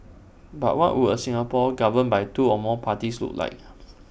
but what would A Singapore governed by two or more parties look like